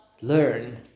Learn